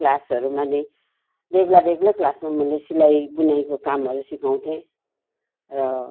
क्लासहरूमा नि बेग्ला बेग्लै क्लासमा मैले सिलाई बुनाईको कामहरू सिकाउँथे र